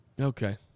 Okay